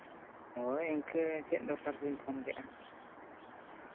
ᱦᱳᱭ ᱤᱱᱠᱟᱹ ᱪᱮᱫ ᱫᱚᱨᱠᱟᱨ ᱵᱤᱱ ᱯᱷᱳᱱ ᱠᱮᱜᱼᱟ